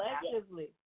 collectively